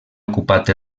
ocupat